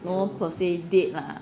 no per se date lah